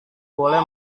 boleh